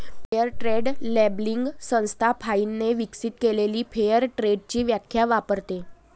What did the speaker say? fair trade labelling संस्था फाइनने विकसित केलेली फेअर ट्रेडची व्याख्या वापरते